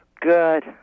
Good